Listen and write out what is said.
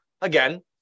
Again